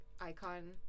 icon